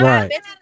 Right